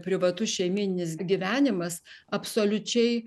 privatus šeimyninis gyvenimas absoliučiai